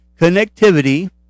connectivity